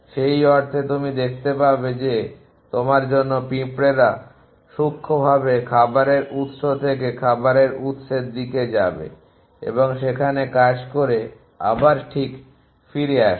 সেই অর্থে তুমি দেখতে পাবে যে তোমার জন্য পিঁপড়ারা সূক্ষ্মভাবে খাবারের উৎস থেকে খাদ্যের উৎসের দিকে যাবে এবং সেখানে কাজ করে আবার ঠিক ফিরে আসে